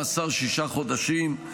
מאסר שישה חודשים.